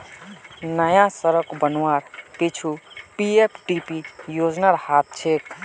नया सड़क बनवार पीछू पीएफडीपी योजनार हाथ छेक